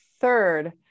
third